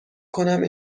کنم